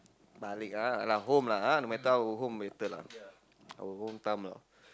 balik lah home lah no matter how go home better lah our hometown lah